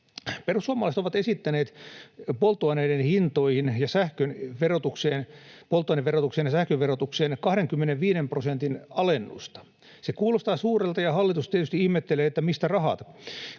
Perussuomalaiset ovat esittäneet polttoaineverotukseen ja sähkön verotukseen 25 prosentin alennusta. Se kuulostaa suurelta, ja hallitus tietysti ihmettelee, että mistä rahat.